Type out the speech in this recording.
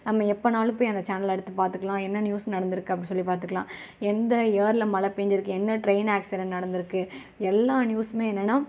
நம்ம எப்போனாலும் போய் அந்த சேனலை எடுத்துப்பார்த்துக்கலாம் என்ன நியூஸ் நடந்திருக்கு அப்படின்னு சொல்லி பார்த்துக்கலாம் எந்த இயர்ல மழை பேஞ்சிருக்குது என்ன ட்ரெயின் ஆக்ஸிடெண்ட் நடந்திருக்கு எல்லா நியூஸ்மே என்னனா